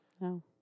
No